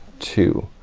two,